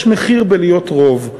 יש מחיר בלהיות רוב,